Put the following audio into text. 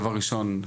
דבר ראשון,